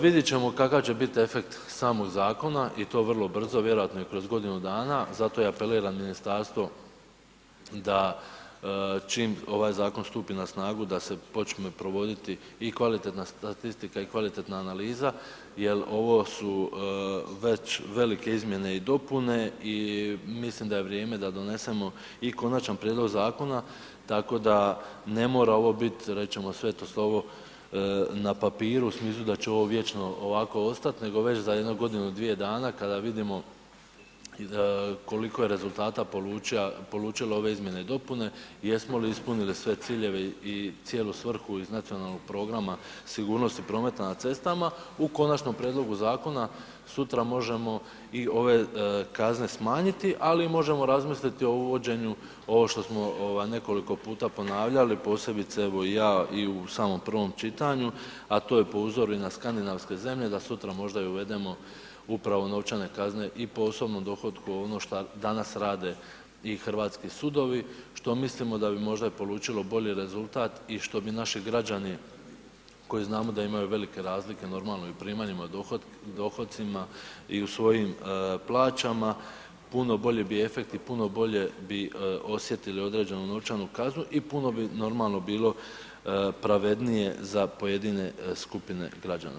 Vidit ćemo kakav će biti efekt samog zakona i to vrlo brzo, vjerojatno i kroz godinu dana, zato i apeliram ministarstvo da čim ovaj zakon stupi na snagu da se počne provoditi i kvalitetna statistika i kvalitetna analiza jel ovo su već velike izmjene i dopune i mislim da je vrijeme da donesemo i Konačan prijedlog zakona tako da ne mora ovo bit rećemo sveto slovo na papiru u smislu da će ovo vječno ovako ostat, nego već za jedno godinu dvije dana kada vidimo koliko je rezultata polučilo ove izmjene i dopune i jesmo li ispunili sve ciljeve i cijelu svrhu iz Nacionalnog programa sigurnosti prometa na cestama, u Konačnom prijedlogu zakona sutra možemo i ove kazne smanjiti, ali možemo razmisliti o uvođenju ovo što smo nekoliko puta ponavljali, posebice evo i ja i u samom prvom čitanju, a to je po uzoru i na skandinavske zemlje, da sutra možda i uvedemo upravo novčane kazne i po osobnom dohotku, ono šta danas rade i hrvatski sudovi, što mislimo da bi možda i polučilo bolji rezultat i što bi naši građani, koji znamo da imaju velike razlike normalno i u primanjima i u dohocima i u svojim plaćama, puno bolji bi efekti, puno bolje bi osjetili određenu novčanu kaznu i puno bi normalno bilo pravednije za pojedine skupine građana.